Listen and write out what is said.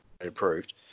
approved